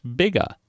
bigger